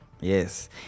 Yes